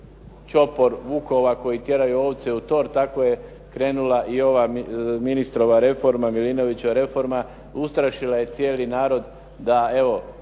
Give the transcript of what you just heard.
čopor vukova koji tjeraju ovce u tor, tako je krenula i ova ministrova reforma Milinovićeva reforma. Ustrašila je cijeli narod, da evo